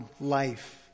life